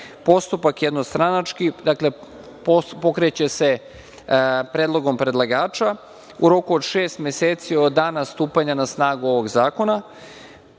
je jednostranački. Dakle, pokreće se predlogom predlagača u roku od šest meseci od dana stupanja na snagu ovog zakona,